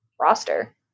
roster